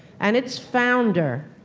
and its founder,